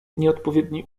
nieodpowiedni